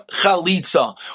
chalitza